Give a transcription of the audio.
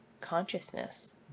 consciousness